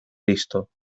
listo